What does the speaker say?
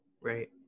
Right